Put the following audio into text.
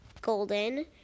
golden